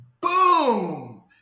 boom